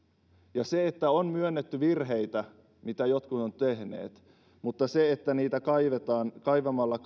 on myönnetty virheitä mitä jotkut ovat tehneet mutta siitä kun niitä kaivetaan kaivamalla